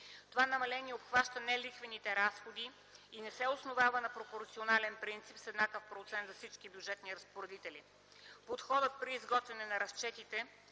Това намаление обхваща нелихвените разходи и не се основава на пропорционален принцип с еднакъв процент за всички бюджетни разпоредители. Подходът при изготвяне на разчетите